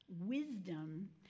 wisdom